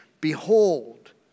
Behold